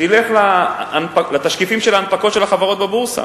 תלך לתשקיפים של ההנפקות של החברות בבורסה